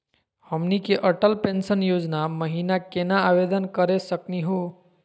हमनी के अटल पेंसन योजना महिना केना आवेदन करे सकनी हो?